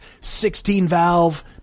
16-valve